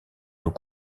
nous